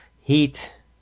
heat